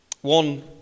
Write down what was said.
One